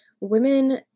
women